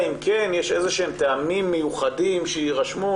אם כן יש איזה שהם טעמים מיוחדים שירשמו.